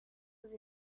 with